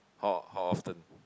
how how often